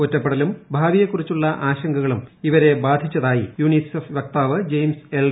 ഒറ്റപ്പെടലും ഭാവിയെ കുറിച്ചുള്ള ആശങ്കളും ഇവരെ ബാധിച്ചതായി യുനിസെഫ് വക്താവ് ജെയിംസ് എൽഡർ പറഞ്ഞു